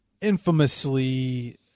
infamously